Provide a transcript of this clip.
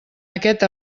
aquest